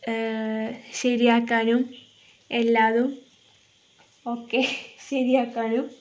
ശരിയാക്കാനും എല്ലാതും ഒക്കെ ശരിയാക്കാനും